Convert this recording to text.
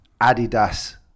Adidas